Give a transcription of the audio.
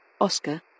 Oscar